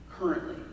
Currently